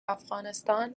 افغانستان